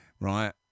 right